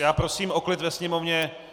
Já prosím o klid ve sněmovně.